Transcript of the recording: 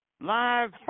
Live